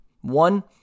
one